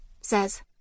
says